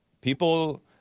People